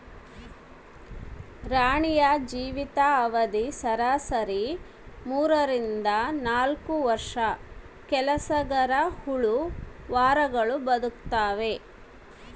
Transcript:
ರಾಣಿಯ ಜೀವಿತ ಅವಧಿ ಸರಾಸರಿ ಮೂರರಿಂದ ನಾಲ್ಕು ವರ್ಷ ಕೆಲಸಗರಹುಳು ವಾರಗಳು ಬದುಕ್ತಾವೆ